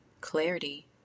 Clarity